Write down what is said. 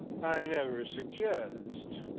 i never suggest,